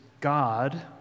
God